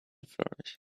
flourish